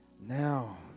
Now